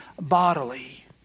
bodily